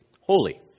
holy